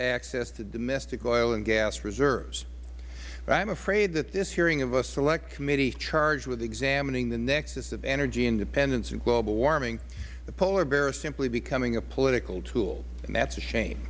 access to domestic oil and gas reserves i am afraid that this hearing of a select committee charged with examining the nexus of energy independence and global warming the polar bear simply is becoming a political tool and that is a shame